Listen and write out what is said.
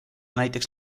näiteks